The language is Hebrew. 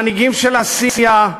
מנהיגים של עשייה,